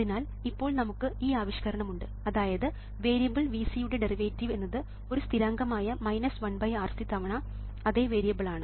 അതിനാൽ ഇപ്പോൾ നമുക്ക് ഈ ആവിഷ്കരണം ഉണ്ട് അതായത് വേരിയബിൾ Vc യുടെ ഡെറിവേറ്റീവ് എന്നത് ഒരു സ്ഥിരാങ്കം ആയ 1RC തവണ അതേ വേരിയബിളാണ്